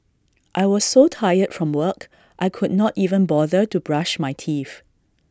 I was so tired from work I could not even bother to brush my teeth